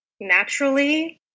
naturally